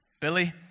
Billy